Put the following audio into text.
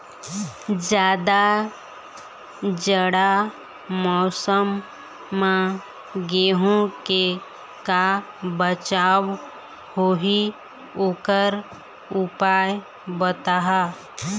जादा जाड़ा मौसम म गेहूं के का बचाव होही ओकर उपाय बताहा?